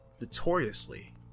notoriously